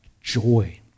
joy